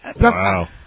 Wow